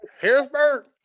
Harrisburg